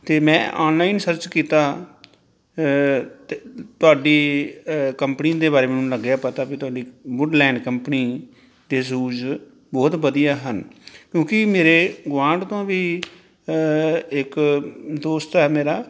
ਅਤੇ ਮੈਂ online search ਕੀਤਾ ਤ ਤੁਹਾਡੀ ਕੰਪਨੀ ਦੇ ਬਾਰੇ ਮੈਨੂੰ ਲੱਗਿਆ ਪਤਾ ਵੀ ਤੁਹਾਡੀ ਵੂਡਲੈਂਡ ਕੰਪਨੀ ਦੇ ਸ਼ੂਜ ਬਹੁਤ ਵਧੀਆ ਹਨ ਕਿਉਂਕਿ ਮੇਰੇ ਗੁਆਂਢ ਤੋਂ ਵੀ ਇੱਕ ਦੋਸਤ ਹੈ ਮੇਰਾ